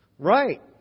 Right